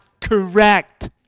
correct